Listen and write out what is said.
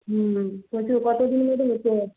সেটাই কতদিন বাদে হচ্ছে